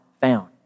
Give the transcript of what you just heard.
found